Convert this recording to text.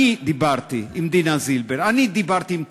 אני דיברתי עם דינה זילבר, אני דיברתי עם תהילה,